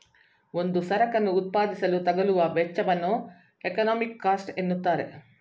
ಒಂದು ಸರಕನ್ನು ಉತ್ಪಾದಿಸಲು ತಗಲುವ ವೆಚ್ಚವನ್ನು ಎಕಾನಮಿಕ್ ಕಾಸ್ಟ್ ಎನ್ನುತ್ತಾರೆ